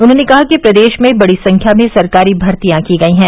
उन्होंने कहा कि प्रदेश में बड़ी संख्या में सरकारी भर्तियां की गयी हैं